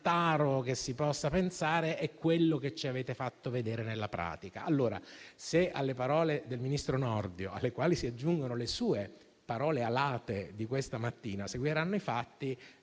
che si possa pensare è quello che ci avete fatto vedere nella pratica. Se alle parole del ministro Nordio, alle quali si aggiungono le sue, alate, di questa mattina, seguiranno i fatti,